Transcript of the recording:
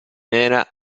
era